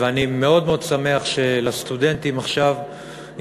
ואני מאוד מאוד שמח שלסטודנטים מצטרף